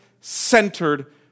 centered